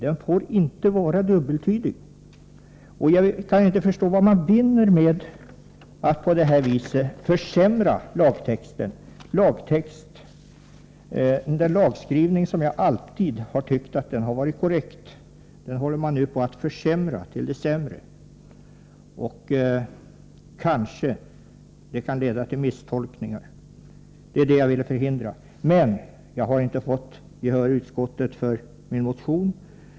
Den får inte vara dubbeltydig. Jag kan inte förstå vad man vinner med att på detta sätt försämra lagtexten. Den lagskrivning som jag alltid har tyckt vara korrekt håller man alltså nu på att förändra till det sämre. Den kan kanske leda till misstolkningar, och det vill jag förhindra. Nu har jag inte fått gehör i utskottet för min motion.